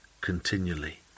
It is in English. continually